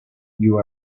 you